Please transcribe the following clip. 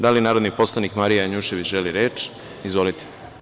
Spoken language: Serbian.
Da li narodni poslanik Marija Janjušević želi reč? (Da.) Izvolite.